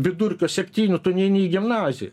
vidurkio septynių tu neini į gimnaziją